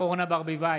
אורנה ברביבאי,